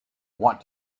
want